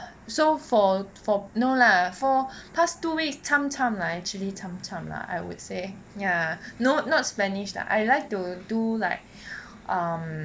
so for for no lah for past two weeks cham cham lah actually cham cham lah I would say ya not not spanish lah I like to do like um